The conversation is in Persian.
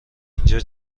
اینجا